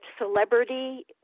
celebrity